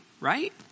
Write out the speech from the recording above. right